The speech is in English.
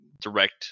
direct